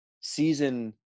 season